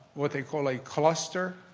what they call a cluster.